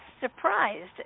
surprised